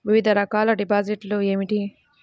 వివిధ రకాల డిపాజిట్లు ఏమిటీ?